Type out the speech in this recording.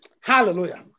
Hallelujah